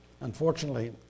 unfortunately